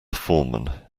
foreman